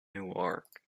newark